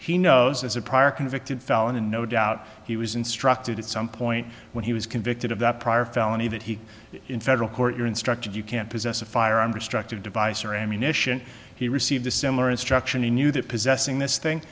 it he knows as a prior convicted felon and no doubt he was instructed at some point when he was convicted of that prior felony that he in federal court your instructions you can't possess a firearm destructive device or ammunition he received a similar instruction in you that possessing this thing